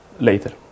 later